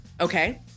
Okay